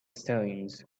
stones